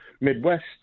Midwest